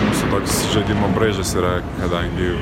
mūsų toks žaidimo braižas yra kadangi